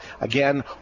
Again